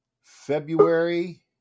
February